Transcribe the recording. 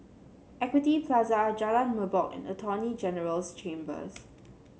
Equity Plaza Jalan Merbok and Attorney General's Chambers